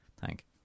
Thank